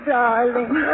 darling